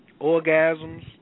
orgasms